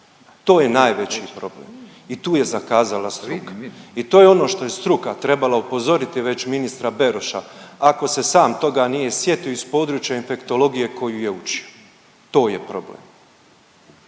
To je najveći problem i tu je zakazala struka i to je ono što je struka trebala upozoriti već ministra Beroša, ako se sam toga nije sjetio iz područja infektologije koju je učio. To je problem,